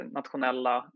nationella